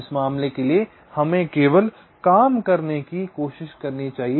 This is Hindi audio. इस मामले के लिए हमें केवल काम करने की कोशिश करनी चाहिए